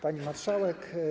Pani Marszałek!